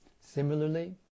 similarly